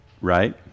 right